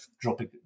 dropping